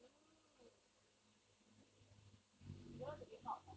mm interesting you don't want to be hulk ah